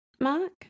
Mark